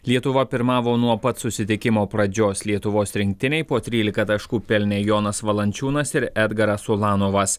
lietuva pirmavo nuo pat susitikimo pradžios lietuvos rinktinei po trylika taškų pelnė jonas valančiūnas ir edgaras ulanovas